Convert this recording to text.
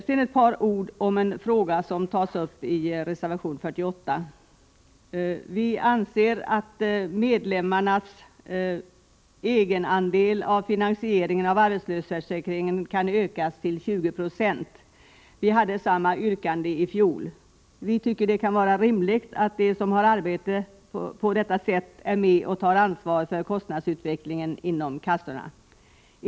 Sedan ett par ord om den fråga som tas upp i reservation 48. Vi anser att medlemmarnas egenandel av finansieringen av arbetslöshetsförsäkringen kan ökas till 20 2. Vi hade samma yrkande i fjol. Vi tycker att det kan vara rimligt att de som har arbete på detta sätt är med och tar ett ansvar för kostnadsutvecklingen inom kassorna.